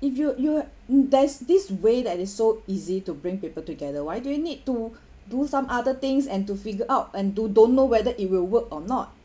if you're you're mm there's this way that is so easy to bring people together why do you need to do some other things and to figure out and do don't know whether it will work or not